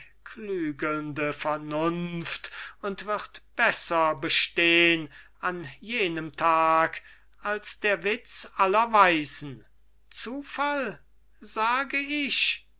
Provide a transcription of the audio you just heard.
klügelnde vernunft und wird besser bestehn an jenem tag als der witz aller weisen zufall sage ich